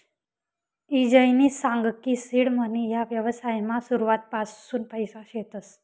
ईजयनी सांग की सीड मनी ह्या व्यवसायमा सुरुवातपासून पैसा शेतस